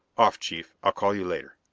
off, chief! i'll call you later!